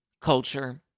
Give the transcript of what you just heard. Culture